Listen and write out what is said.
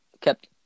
kept